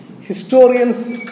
Historians